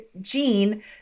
gene